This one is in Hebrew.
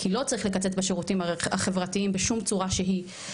כי לא צריך לקצץ בשירותים החברתיים בשום צורה שהיא,